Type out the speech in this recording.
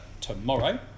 tomorrow